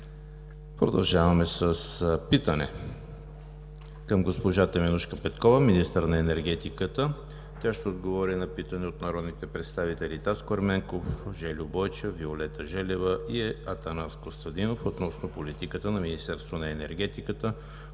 Продължаваме с питане към госпожа Теменужка Петкова – министър на енергетиката. Тя ще отговори на питане от народните представители Таско Ерменков, Жельо Бойчев, Виолета Желева и Атанас Костадинов относно политиката на Министерството на енергетиката